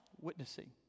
witnessing